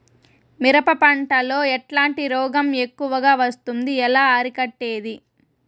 మిరప పంట లో ఎట్లాంటి రోగం ఎక్కువగా వస్తుంది? ఎలా అరికట్టేది?